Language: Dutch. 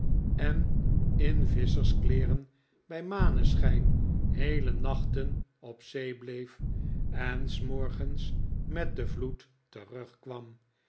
en in visscherskleeren bij maneschijn heele nachten op zee bleef en s morgens met den vloed terugkwam